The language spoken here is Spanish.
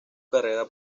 carrera